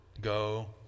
go